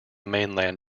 mainland